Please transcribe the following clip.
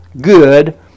good